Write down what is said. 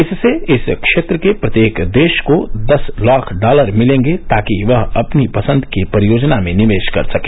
इससे इस क्षेत्र के प्रत्येक देश को दस लाख डॉलर मिलेंगे ताकि वह अपनी पसंद की परियोजना में निवेश कर सके